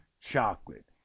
chocolate